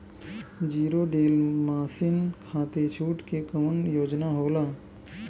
Zero deal मासिन खाती छूट के कवन योजना होला?